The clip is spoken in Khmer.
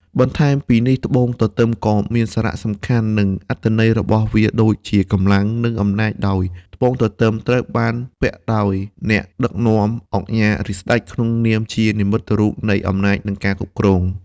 បន្ថែមពីនេះត្បូងទទឹមក៏មានសារសំខាន់និងអត្ថន័យរបស់វាដូចជា កម្លាំង និងអំណាចដោយត្បូងទទឹមត្រូវបានពាក់ដោយអ្នកដឹកនាំ ឧកញ៉ា ឬស្តេច ក្នុងនាមជានិមិត្តរូបនៃអំណាចនិងការគ្រប់គ្រង។